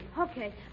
Okay